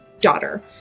daughter